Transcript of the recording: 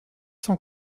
cent